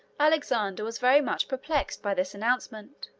alexander was very much perplexed by this announcement.